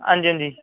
आं जी आं जी